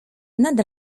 nad